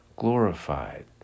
Glorified